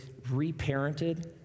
reparented